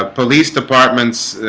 ah police departments